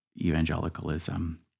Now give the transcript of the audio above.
evangelicalism